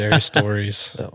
stories